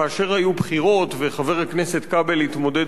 כאשר היו בחירות וחבר הכנסת כבל התמודד